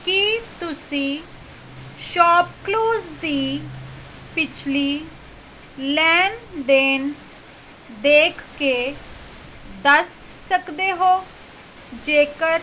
ਕੀ ਤੁਸੀਂਂ ShopClues ਦੀ ਪਿਛਲੀ ਲੈਣ ਦੇਣ ਦੇਖ ਕੇ ਦੱਸ ਸਕਦੇ ਹੋ ਜੇਕਰ